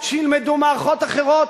שילמד מערכות אחרות?